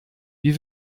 wie